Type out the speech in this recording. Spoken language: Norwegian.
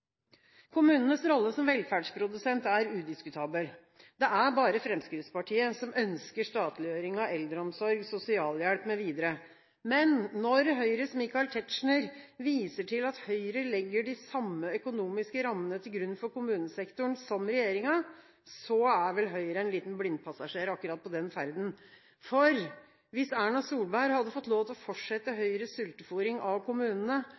Kommunenes rolle som velferdsprodusent er udiskutabel. Det er bare Fremskrittspartiet som ønsker statliggjøring av eldreomsorg, sosialhjelp mv. Men når Høyres Michael Tetzschner viser til at Høyre legger de samme økonomiske rammene til grunn for kommunesektoren som regjeringen, er vel Høyre en liten blindpassasjer på akkurat den ferden. For hvis Erna Solberg hadde fått lov til å fortsette Høyres sultefôring av kommunene,